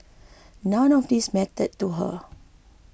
none of these mattered to her